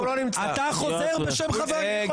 אתה חוזר בשם חבר הכנסת פוגל?